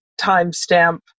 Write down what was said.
timestamp